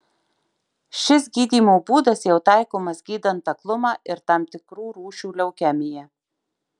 šis gydymo būdas jau taikomas gydant aklumą ir tam tikrų rūšių leukemiją